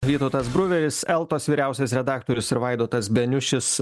vytautas bruveris eltos vyriausias redaktorius ir vaidotas beniušis